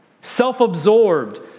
self-absorbed